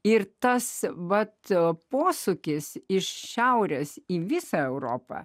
ir tas vacio posūkis iš šiaurės į visą europą